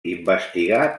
investigar